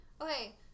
Okay